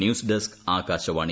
news desk Akashvani